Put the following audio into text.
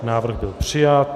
Návrh byl přijat.